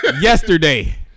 yesterday